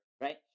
right